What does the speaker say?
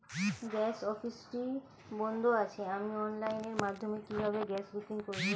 Gas অফিসটি বন্ধ আছে আমি অনলাইনের মাধ্যমে কিভাবে গ্যাস বুকিং করব?